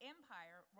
Empire